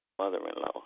mother-in-law